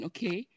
Okay